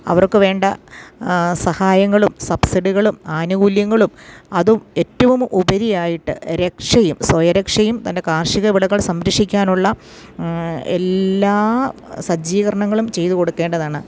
അവർക്ക് വേണ്ട സഹായങ്ങളും സബ്സിഡികളും ആനുകൂല്യങ്ങളും അതും ഏറ്റവും ഉപരിയായിട്ട് രക്ഷയും സ്വയരക്ഷയും തൻ്റെ കാർഷികവിളകൾ സംരക്ഷിക്കാനുള്ള എല്ലാ സജ്ജീകരണങ്ങളും ചെയ്തുകൊടുക്കേണ്ടതാണ്